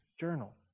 Journal